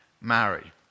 marry